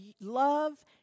love